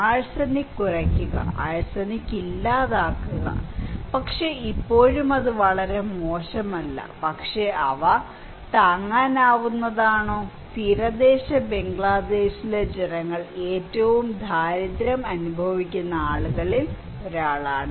arsenic കുറയ്ക്കുക arsenic ഇല്ലാതാക്കുക പക്ഷേ ഇപ്പോഴും അത് വളരെ മോശമല്ല പക്ഷേ അവ താങ്ങാനാവുന്നതാണോ തീരദേശ ബംഗ്ലാദേശിലെ ജനങ്ങൾ ഏറ്റവും ദാരിദ്ര്യം അനുഭവിക്കുന്ന ആളുകളിൽ ഒരാളാണ്